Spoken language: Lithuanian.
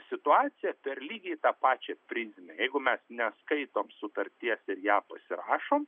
situaciją per lygiai tą pačią prizmę jeigu mes neskaitom sutarties ir ją pasirašom